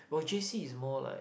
while j_c is more like